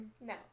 No